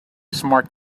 smart